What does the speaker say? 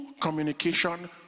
communication